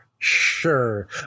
Sure